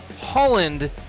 Holland